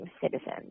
citizens